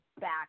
back